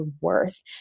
worth